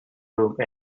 room